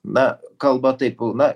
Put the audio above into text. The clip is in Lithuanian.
na kalba taip pilna